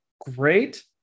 great –